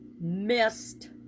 missed